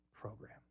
program